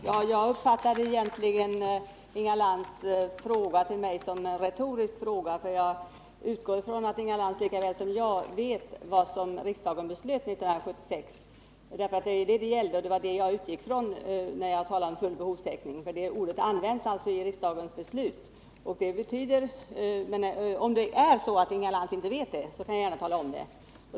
Herr talman! Jag uppfattar Inga Lantz fråga till mig som en retorisk fråga; jag utgår ifrån att Inga Lantz lika väl som jag vet vad riksdagen beslöt 1976. Det var det jag utgick ifrån när jag talade om full behovstäckning — det uttrycket används alltså i riksdagens beslut. Om det är så att Inga Lantz inte vet vad som avsågs med full behovstäckning skall jag tala om det.